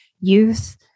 youth